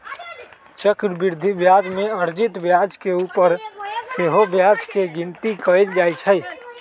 चक्रवृद्धि ब्याज में अर्जित ब्याज के ऊपर सेहो ब्याज के गिनति कएल जाइ छइ